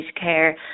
care